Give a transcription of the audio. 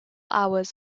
hours